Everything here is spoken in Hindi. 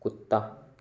कुत्ता